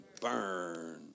burn